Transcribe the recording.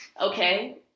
Okay